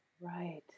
Right